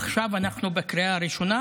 עכשיו אנחנו בקריאה הראשונה,